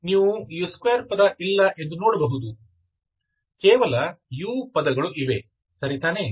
ನೀವು u2 ಪದ ಇಲ್ಲ ಎಂದು ನೋಡಬಹುದು ಕೇವಲ u ಪದಗಳು ಇವೆ ಸರಿತಾನೇ